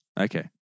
Okay